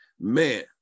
man